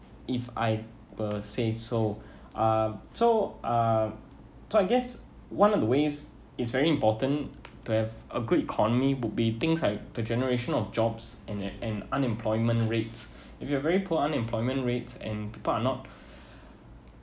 if I per say so uh so uh so I guess one of the ways is very important to have a good economy would be things like the generation of jobs and and unemployment rates if you are very poor unemployment rates and people are not